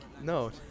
No